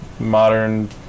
modern